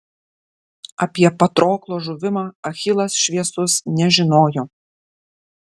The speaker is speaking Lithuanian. apie patroklo žuvimą achilas šviesus nežinojo